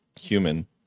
human